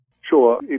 Sure